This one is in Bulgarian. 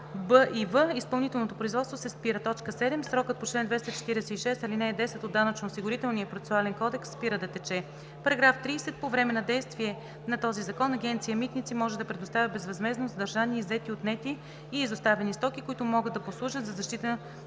и „в“ изпълнителното производство се спира; 7. срокът по чл. 246, ал. 10 от Данъчно-осигурителния процесуален кодекс спира да тече. § 30. По време на действие на този закон Агенция „Митници“ може да предоставя безвъзмездно задържани, иззети, отнети и изоставени стоки, които могат да послужат за защита на